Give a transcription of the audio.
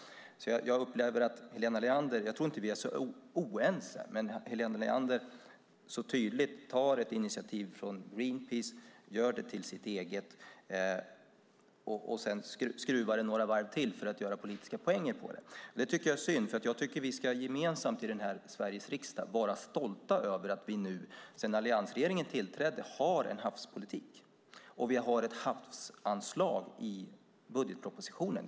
Jag tror inte att vi är så oense. Men Helena Leander tar ett tydligt initiativ från Greenpeace, gör det till sitt eget och skruvar det sedan några varv till för att ta politiska poänger på det. Det tycker jag är synd, för jag tycker att vi gemensamt i Sveriges riksdag ska vara stolta över att vi sedan alliansregeringen tillträdde har en havspolitik. Och vi har ett havsanslag i budgetpropositionen.